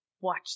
watch